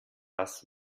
das